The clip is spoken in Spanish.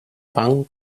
pan